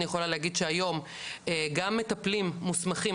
אני יכולה להגיד שהיום גם מטפלים מוסמכים,